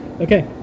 Okay